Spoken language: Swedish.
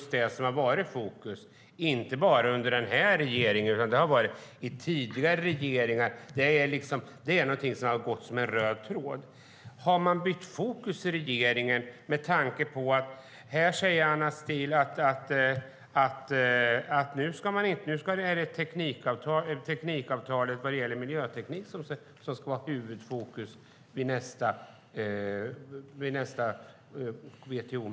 De har varit i fokus inte bara under den här regeringen utan också i tidigare regeringar. De har varit en röd tråd. Har regeringen bytt fokus med tanke på att Anna Steele säger att avtalet vad gäller miljöteknik ska vara huvudfokus vid nästa WTO-möte?